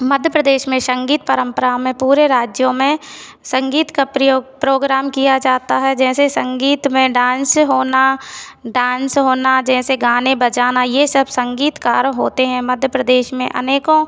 मध्य प्रदेश में संगीत परम्परा में पूरे राज्यों में संगीत का प्रयोग प्रोग्राम किया जाता है जैसे संगीत में डांस होना डांस होना जैसे गाने बजाना ये सब संगीतकार होते हैं मध्य प्रदेश में अनेकों